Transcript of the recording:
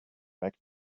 back